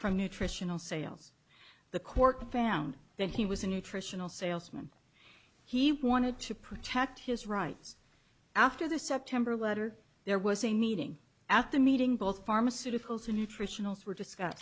from nutritional sales the court found that he was a nutritional salesman he wanted to protect his rights after the september letter there was a meeting at the meeting both pharmaceuticals and nutritionals were